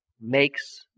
makes